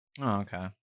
Okay